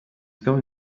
going